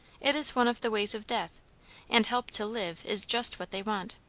it is one of the ways of death and help to live is just what they want.